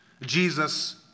Jesus